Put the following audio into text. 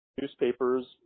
newspapers